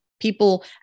people